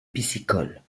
piscicole